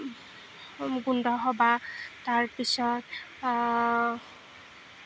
মুকুন্দ সবাহ তাৰপিছত